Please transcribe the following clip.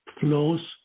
flows